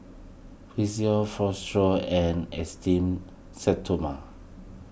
Physiogel Futuro and Esteem Stoma